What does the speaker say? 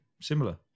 similar